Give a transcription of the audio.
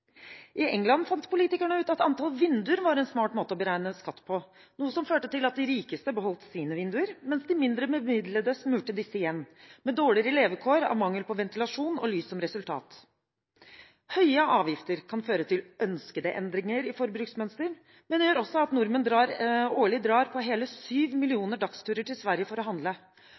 I England fant politikerne ut at antall vinduer var en smart måte å beregne skatt på, noe som førte til at de rikeste beholdt sine vinduer, mens de mindre bemidlede murte disse igjen – med dårligere levekår av mangel på ventilasjon og lys som resultat. Høye avgifter kan føre til ønskede endringer i forbruksmønster, men gjør også at nordmenn årlig drar på hele syv millioner dagsturer til Sverige for å handle,